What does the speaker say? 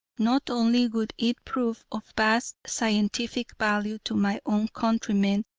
not only would it prove of vast scientific value to my own countrymen,